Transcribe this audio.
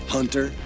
Hunter